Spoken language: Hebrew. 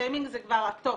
השיימינג הזה כבר הטופ.